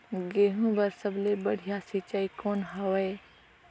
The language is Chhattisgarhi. गहूं बर सबले बढ़िया सिंचाई कौन हवय?